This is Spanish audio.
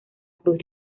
cruz